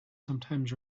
sometimes